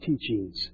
teachings